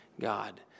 God